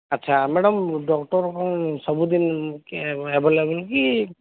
ଆଚ୍ଛା madam doctor କ'ଣ ସବୁ ଦିନ ଆଭେଲେବଲ୍ କି